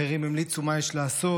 אחרים המליצו מה יש לעשות,